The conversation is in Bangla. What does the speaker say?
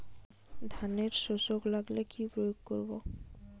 ধানের শোষক লাগলে কি প্রয়োগ করব?